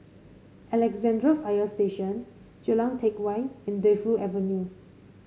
Alexandra Fire Station Jalan Teck Whye and Defu Avenue